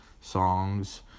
songs